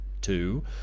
Two